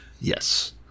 Yes